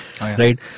right